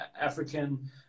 African